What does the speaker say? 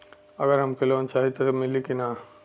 अगर हमके लोन चाही त मिली की ना?